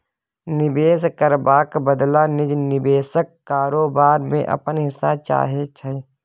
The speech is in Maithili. निबेश करबाक बदला निजी निबेशक कारोबार मे अपन हिस्सा चाहै छै